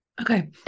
Okay